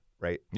Right